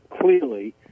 clearly